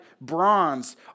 bronze